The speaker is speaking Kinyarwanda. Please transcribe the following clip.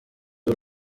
b’u